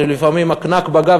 שלפעמים ה"קנאק" בגב,